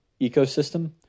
ecosystem